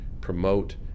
promote